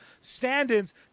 stand-ins